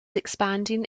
expanding